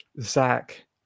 Zach